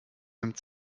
nimmt